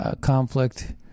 conflict